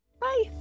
Bye